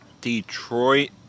Detroit